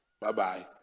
Bye-bye